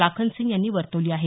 लाखन सिंग यांनी वर्तवली आहे